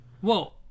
Whoa